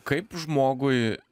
kaip žmogui